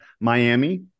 Miami